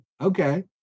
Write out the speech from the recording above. okay